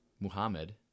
Muhammad